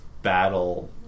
battle